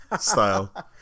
style